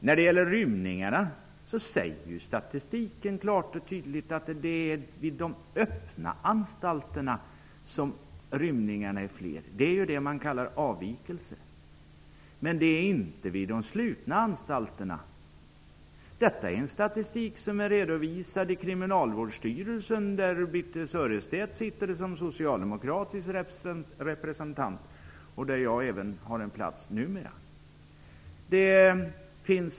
När det gäller rymningarna säger statistiken klart och tydligt att det är vid de öppna anstalterna som rymningarna är fler. Det kallas ju avvikelser. Men rymningarna har inte ökat vid de slutna anstalterna. Kriminalvårdsstyrelsen, där Birthe Sörestedt sitter såsom socialdemokratisk representant och där även jag har en plats numera.